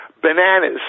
Bananas